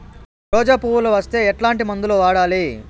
రోజా పువ్వులు వస్తే ఎట్లాంటి మందులు వాడాలి?